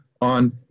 on